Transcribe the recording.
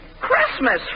Christmas